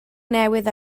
newydd